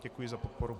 Děkuji za podporu.